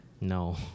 No